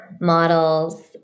models